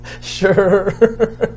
Sure